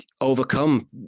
overcome